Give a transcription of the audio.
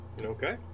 Okay